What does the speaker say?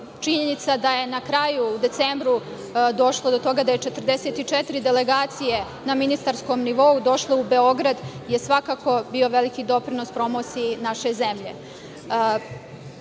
činjenica da je, na kraju, u decembru došlo do toga da je 44 delegacije na ministarskom nivou došlo u Beograd, je svakako bio veliki doprinos promociji naše zemlje. Ono